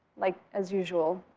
like as usual.